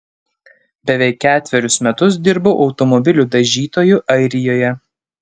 beveik ketverius metus dirbau automobilių dažytoju airijoje